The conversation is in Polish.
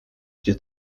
gdzie